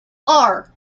are